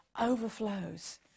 overflows